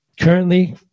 Currently